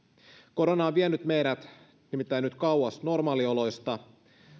korona on vienyt meidät nimittäin nyt kauas normaalioloista